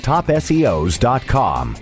TopSEOs.com